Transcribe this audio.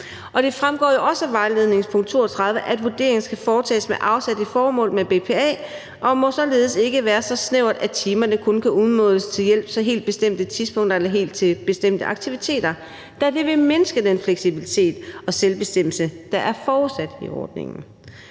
Det fremgår jo også af vejledningens punkt 32, at vurderingen skal foretages med afsæt i formålet med BPA og således ikke må være så snæver, at timerne kun kan udmåles til hjælp til helt bestemte tidspunkter eller helt bestemte aktiviter, da det vil mindske den fleksibilitet og selvbestemmelse, der er forudsat i ordningen.